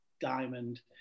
diamond